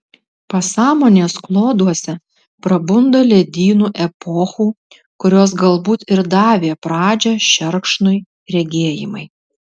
pasąmonės kloduose prabunda ledynų epochų kurios galbūt ir davė pradžią šerkšnui regėjimai